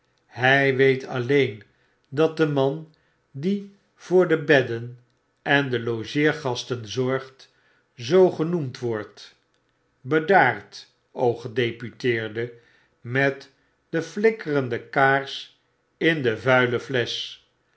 hij weet alleen dat de man die voor de bedden en de logeergasten zorgfc zoo genoemd wordt bedaard gedeputeerde met de flikkerende kaars in de vuile flesch